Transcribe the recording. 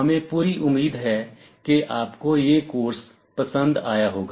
हमें पूरी उम्मीद है कि आपको यह कोर्स पसंद आया होगा